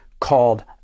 called